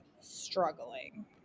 struggling